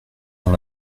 dans